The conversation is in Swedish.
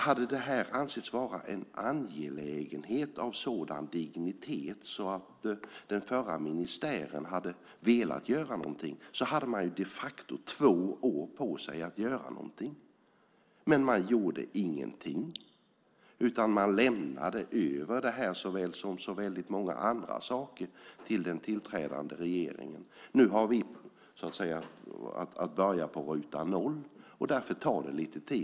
Hade det ansetts vara en angelägenhet av sådan dignitet att den förra ministären hade velat göra någonting hade man de facto två år på sig att göra det. Men man gjorde ingenting. Man lämnade över detta som så många andra saker till den tillträdande regeringen. Nu har vi att börja på ruta noll, och därför tar det lite tid.